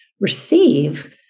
receive